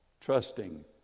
trusting